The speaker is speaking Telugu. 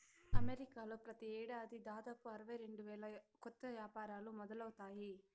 అమెరికాలో ప్రతి ఏడాది దాదాపు అరవై రెండు వేల కొత్త యాపారాలు మొదలవుతాయి